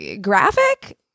graphic